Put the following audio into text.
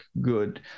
good